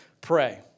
pray